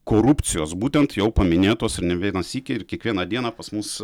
korupcijos būtent jau paminėtos ir ne vieną sykį ir kiekvieną dieną pas mus